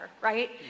right